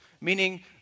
meaning